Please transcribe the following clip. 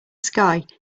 sky